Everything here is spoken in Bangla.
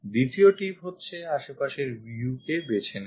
দ্বিতীয় tip হচ্ছে আশেপাশের view কে বেছে নেওয়া